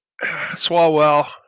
Swalwell